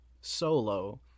solo